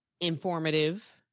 informative